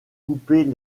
couper